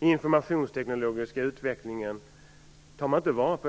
informationstekniska utvecklingen tar man vara på.